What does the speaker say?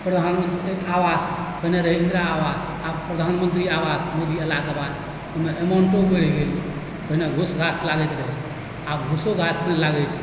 प्रधानमन्त्री आवास पहिने रहै इन्दिरा आवास आब प्रधानमन्त्री आवास मोदी अयलाक बाद एहिमे अमाउण्टो बढि गेलै पहिने घुस घास लागैत रहै आब घुसो घास नहि लागैत छै